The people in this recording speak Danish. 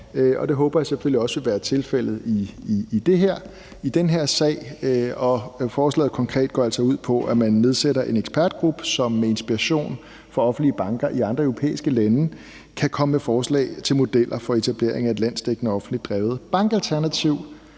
det håber jeg selvfølgelig også vil være tilfældet i den her sag. Forslaget går altså konkret ud på, at man nedsætter en ekspertgruppe, som med inspiration fra offentlige banker i andre europæiske lande kan komme med forslag til modeller for etableringen af et landsdækkende offentligt drevet bankalternativ,